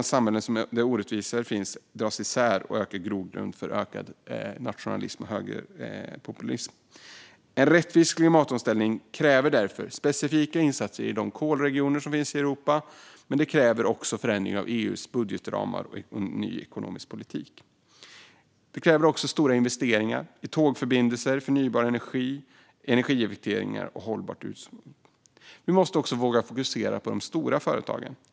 Samhällen där orättvisor finns dras i stället isär, vilket är en grogrund för ökad nationalism och högerpopulism. En rättvis klimatomställning kräver därför specifika insatser i de kolregioner som finns i Europa, men det kräver också en förändring av EU:s budgetramar och en ny ekonomisk politik. Detta kräver dessutom stora investeringar i tågförbindelser, förnybar energi, energieffektiviseringar och ett hållbart jordbruk. Vi måste också våga fokusera på de stora företagen.